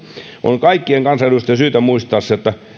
on kaikkien kansanedustajien syytä muistaa se että